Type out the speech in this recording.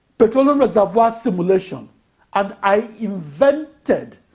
petroleum reservoir simulation and i invented